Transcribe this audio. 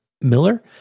Miller